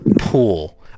pool